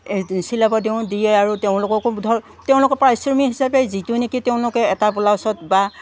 চিলাব দিওঁ দিয়ে আৰু তেওঁলোককো ধৰ তেওঁলোকৰ পাৰিশ্ৰমী হিচাপে যিটো নেকি তেওঁলোকে এটা ব্লাউজত বা